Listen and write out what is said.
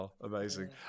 Amazing